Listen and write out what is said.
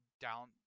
down